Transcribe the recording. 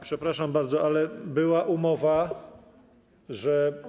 Przepraszam bardzo, ale była umowa, że.